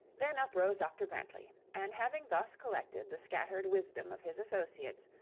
then up rose dr grantly and, having thus collected the scattered wisdom of his associates,